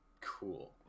cool